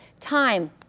time